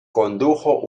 condujo